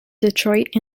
detroit